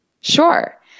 Sure